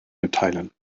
mitteilen